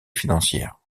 financière